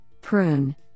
PRUNE